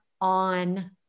on